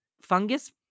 fungus